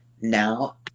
now